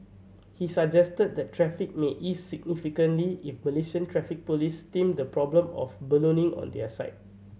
he suggested that traffic may ease significantly if Malaysian Traffic Police stemmed the problem of ballooning on their side